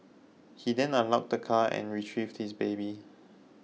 he then unlocked the car and retrieved his baby